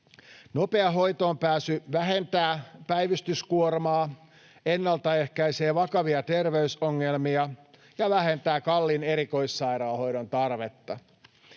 Nopea hoitoonpääsy vähentää päivystyskuormaa, ennaltaehkäisee vakavia terveysongelmia ja vähentää kalliin erikoissairaanhoidon tarvetta.